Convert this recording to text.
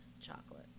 chocolate